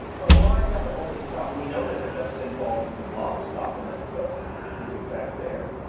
well, why is that the only stop? we know there's a such thing called the glottal stop and that which is back there.